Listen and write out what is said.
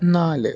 നാല്